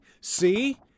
see